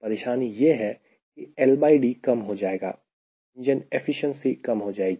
परेशानी यह है कि LD कम हो जाएगा इंजन एफिशिएंसी कम हो जाएगी